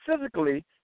physically